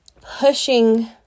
pushing